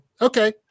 okay